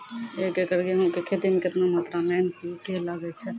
एक एकरऽ गेहूँ के खेती मे केतना मात्रा मे एन.पी.के लगे छै?